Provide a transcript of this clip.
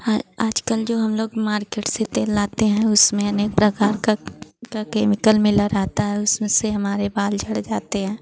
हाँ आजकल जो हमलोग मार्केट से तेल लाते हैं उसमें अनेक प्रकार का केमिकल मिला रहता है उसमें से हमारे बाल झड़ जाते हैं